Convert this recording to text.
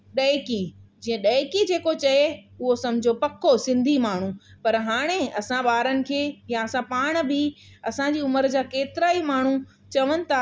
ॾहिकी जीअं ॾहिकी जेको चए उहो सम्झो पको सिंधी माण्हू पर हाणे असां ॿारनि खे या असां पाण बि असांजी उमिरि जा केतिरा ई माण्हू चवनि था